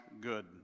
good